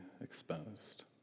exposed